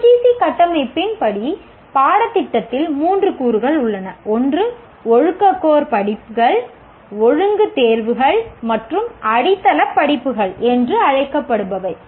UGC கட்டமைப்பின் படி பாடத்திட்டத்தில் 3 கூறுகள் உள்ளன ஒன்று ஒழுக்க கோர் படிப்புகள் ஒழுங்கு தேர்வுகள் மற்றும் அடித்தள படிப்புகள் என்று அழைக்கப்படுபவை